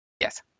Yes